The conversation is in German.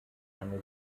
eine